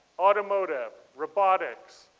automotive. robotics.